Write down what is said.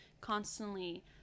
constantly